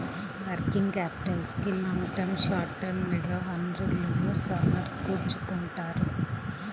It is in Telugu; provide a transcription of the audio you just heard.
వర్కింగ్ క్యాపిటల్కి లాంగ్ టర్మ్, షార్ట్ టర్మ్ గా వనరులను సమకూర్చుకుంటారు